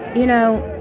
you know,